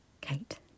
Kate